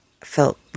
felt